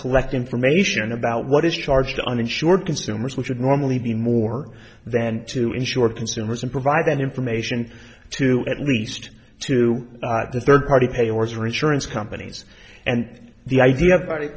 collect information about what is charged to uninsured consumers which would normally be more than to insure consumers and provide that information to at least two of the third party payers or insurance companies and the idea of